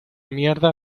mierda